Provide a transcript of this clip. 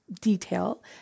detail